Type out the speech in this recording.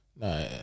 Nah